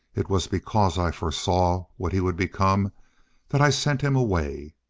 it was because i foresaw what he would become that i sent him away.